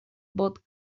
bought